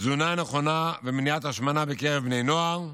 תזונה נכונה ומניעת השמנה בקרב בני נוער,